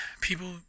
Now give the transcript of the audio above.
people